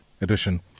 edition